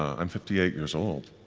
i'm fifty eight years old,